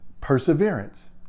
perseverance